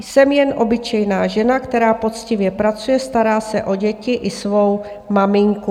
Jsem jen obyčejná žena, která poctivě pracuje, stará se o děti i svou maminku.